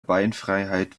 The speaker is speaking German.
beinfreiheit